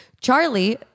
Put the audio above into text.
charlie